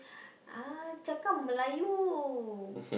ah cakap Melayu